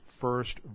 first